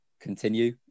continue